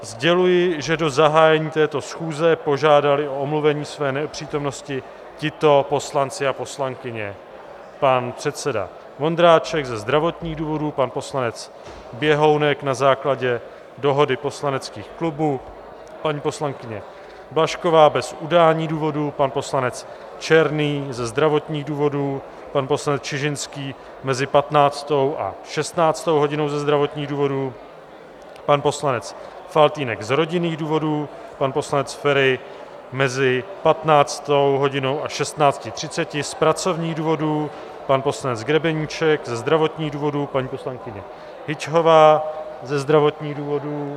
Sděluji, že do zahájení této schůze požádali o omluvení své nepřítomnosti tito poslanci a poslankyně: pan předseda Vondráček ze zdravotních důvodů, pan poslanec Běhounek na základě dohody poslaneckých klubů, paní poslankyně Blažková bez udání důvodu, pan poslanec Černý ze zdravotních důvodů, pan poslanec Čižinský mezi 15. a 16. hodinou ze zdravotních důvodů, pan poslanec Faltýnek z rodinných důvodů, pan poslanec Feri mezi 15. hodinou a 16.30 z pracovních důvodů, pan poslanec Grebeníček ze zdravotních důvodů, paní poslankyně Hyťhová ze zdravotních důvodů.